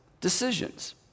decisions